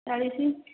ଚାଳିଶ